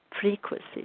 frequency